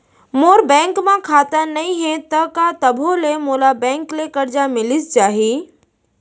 मोर bank म खाता नई हे त का तभो ले मोला बैंक ले करजा मिलिस जाही?